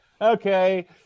okay